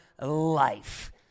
life